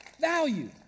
value